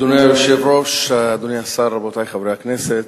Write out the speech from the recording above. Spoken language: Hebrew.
אדוני היושב-ראש, אדוני השר, רבותי חברי הכנסת,